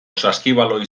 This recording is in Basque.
saskibaloi